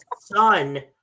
son